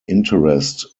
interest